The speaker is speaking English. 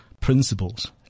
principles